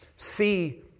See